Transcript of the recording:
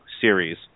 series